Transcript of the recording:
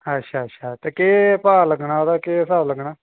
अच्छा अच्छा ते केह् भाऽ लग्गना ओह्दा ते केह् स्हाब लग्गना